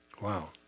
Wow